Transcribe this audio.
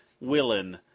willing